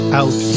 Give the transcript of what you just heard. out